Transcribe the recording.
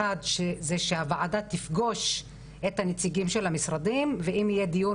אחד זה שהוועדה תפגוש את הנציגים של המשרדים ואם יהיה דיון